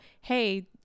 hey